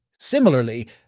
Similarly